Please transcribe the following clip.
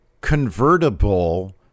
convertible